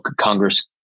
Congress